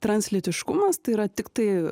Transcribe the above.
translytiškumas tai yra tiktai